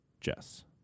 Jess